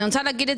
אין דבר כזה.